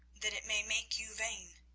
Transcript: that it may make you vain.